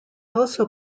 also